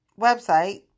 website